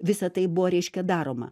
visa tai buvo reiškia daroma